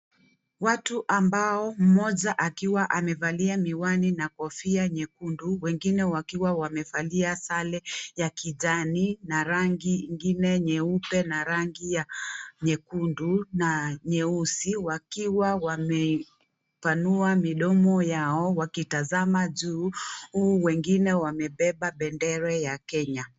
Watu ambao mmoja akiwa amevalia mihiwani na kofia nyekundu wengine wakiwa wamevalia sare ya kijani na rangi ingine nyeupe na rangi ya nyekundu na nyeusi wakiwa wameipanua midomo yao wakitazama juu wengine wamebeba bendera ya Kenya.